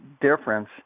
difference